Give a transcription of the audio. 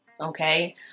Okay